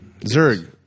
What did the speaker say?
Zerg